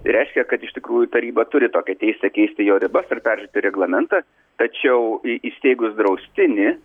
reiškia kad iš tikrųjų taryba turi tokią teisę keisti jo ribas ir peržiūrėti reglamentą tačiau į įsteigus draustinį